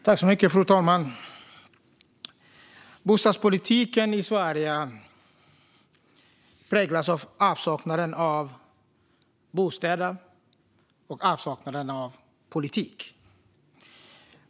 Fru talman! Bostadspolitiken i Sverige präglas av avsaknaden av bostäder och politik.